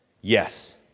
Yes